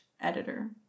editor